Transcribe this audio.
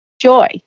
joy